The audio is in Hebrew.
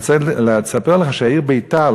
אני רוצה לספר לך שהעיר ביתר,